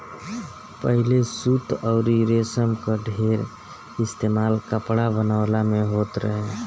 पहिले सूत अउरी रेशम कअ ढेर इस्तेमाल कपड़ा बनवला में होत रहे